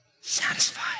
Satisfied